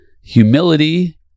humility